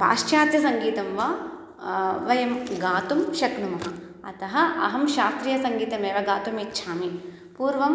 पाश्चात्यसङ्गीतं वा वयं गातुं शक्नुमः अतः अहं शास्त्रीयसङ्गीतमेव गातुम् इच्छामि पूर्वं